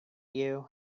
you